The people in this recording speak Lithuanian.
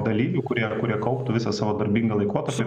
dalyvių kurie kurie kauptų visą savo darbingą laikotarpį